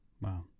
Wow